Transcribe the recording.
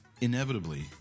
inevitably